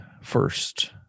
first